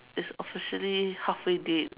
it's officially halfway dead